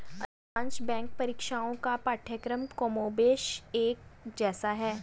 अधिकांश बैंक परीक्षाओं का पाठ्यक्रम कमोबेश एक जैसा है